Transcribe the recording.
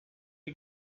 you